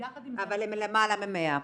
-- אבל הם למעלה מ-100.